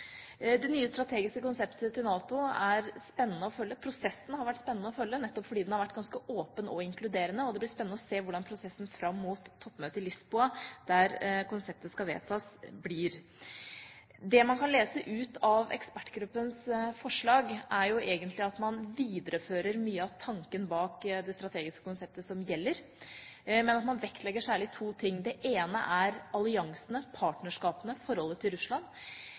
Det nye strategiske konseptet til NATO er spennende å følge. Prosessen har vært spennende å følge nettopp fordi den har vært ganske åpen og inkluderende, og det blir spennende å se hvordan prosessen fram mot toppmøtet i Lisboa, der konseptet skal vedtas, blir. Det man kan lese ut av ekspertgruppens forslag, er egentlig at man viderefører mye av tanken bak det strategiske konseptet som gjelder, men at man vektlegger særlig to ting. Det ene er alliansene, partnerskapene, forholdet til Russland.